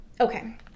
okay